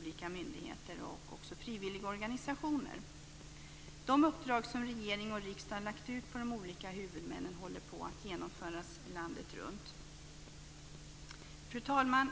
olika myndigheter och frivilligorganisationer. De uppdrag som regering och riksdag lagt ut på de olika huvudmännen håller på att genomföras landet runt. Fru talman!